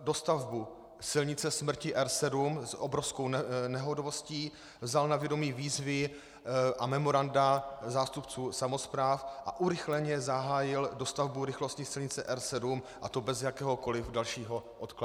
dostavbu silnice smrti R7 s obrovskou nehodovostí, vzal na vědomí výzvy a memoranda zástupců samospráv a urychleně zahájil dostavbu rychlostní silnice R7, a to bez jakéhokoliv dalšího odkladu.